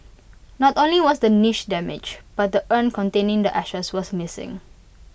not only was the niche damaged but the urn containing the ashes was missing